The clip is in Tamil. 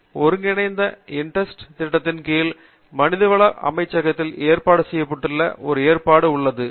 Delhi ஒருங்கிணைக்கப்படும் INDEST திட்டத்தின் கீழ் மனித வள மேம்பாட்டு அமைச்சகத்தால் ஏற்பாடு செய்யப்பட்ட ஒரு ஏற்பாடு உள்ளது